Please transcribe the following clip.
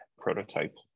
prototype